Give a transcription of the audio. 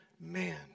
man